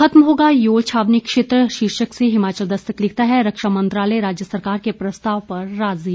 खत्म होगा योल छावनी क्षेत्र शीर्षक से हिमाचल दस्तक लिखत है रक्षा मंत्रालय राज्य सरकार के प्रस्ताव पर राजी